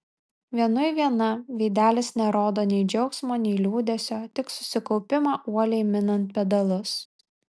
vienui viena veidelis nerodo nei džiaugsmo nei liūdesio tik susikaupimą uoliai minant pedalus